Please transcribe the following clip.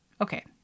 Okay